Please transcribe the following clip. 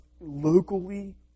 locally